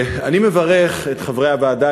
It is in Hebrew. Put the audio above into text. אני מברך את חברי הוועדה,